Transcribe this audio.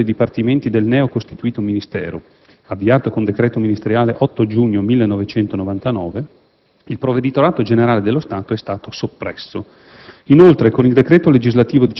e del successivo riassetto organizzativo dei Dipartimenti del neocostituito Ministero, avviato con decreto ministeriale 8 giugno 1999, il Provveditorato generale dello Stato è stato soppresso.